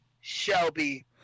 Shelby